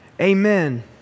Amen